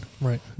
Right